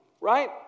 Right